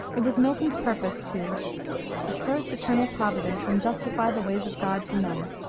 it was milton's purpose to assert eternal providence and justify the ways of god to men,